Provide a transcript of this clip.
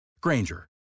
Granger